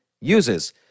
uses